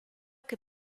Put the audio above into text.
che